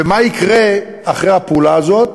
ומה יקרה אחרי הפעולה הזאת,